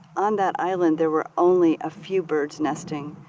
on that island there were only a few birds nesting,